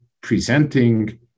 presenting